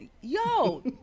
yo